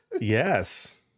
Yes